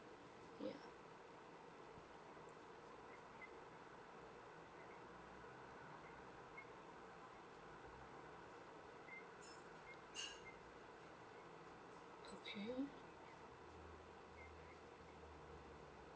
okay